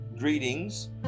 Greetings